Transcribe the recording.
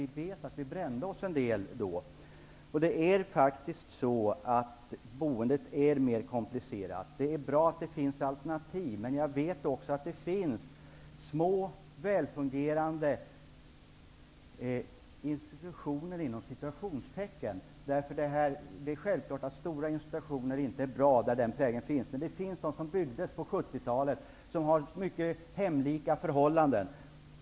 Vi vet att vi då brände oss en del. Boendet är mer komplicerat. Det är bra att det finns alternativ. Jag vet också att det finns små väl fungerande ''institutioner''. Självfallet är stora institutioner inte bra. Men det finns institutioner som byggdes på 70-talet vilka har mycket hemliknande förhållanden.